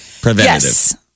Preventative